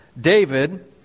David